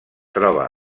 troba